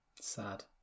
Sad